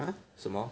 !huh! 什么